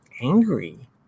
angry